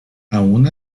aun